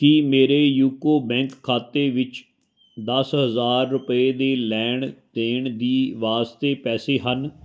ਕੀ ਮੇਰੇ ਯੂਕੋ ਬੈਂਕ ਖਾਤੇ ਵਿੱਚ ਦਸ ਹਜ਼ਾਰ ਰੁਪਏ ਦੇ ਲੈਣ ਦੇਣ ਦੇ ਵਾਸਤੇ ਪੈਸੇ ਹਨ